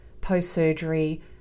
post-surgery